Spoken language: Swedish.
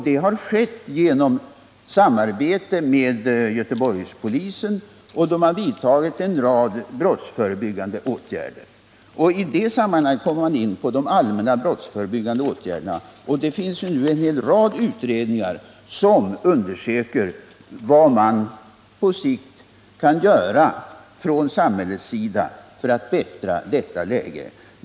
Det har skett genom samarbete med Göteborgspolisen, och en rad brottsförebyggande åtgärder har vidtagits. I det sammanhanget kommer man in på de allmänna brottsförebyggande åtgärderna. Det finns nu en hel rad utredningar som undersöker vad man från samhällets sida på sikt kan göra för att förbättra nuvarande läge.